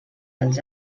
als